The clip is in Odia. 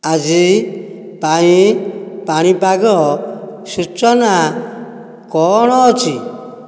ଆଜି ପାଇଁ ପାଣିପାଗ ସୂଚନା କ'ଣ ଅଛି